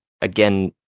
again